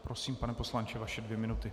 Prosím, pane poslanče, vaše dvě mnuty.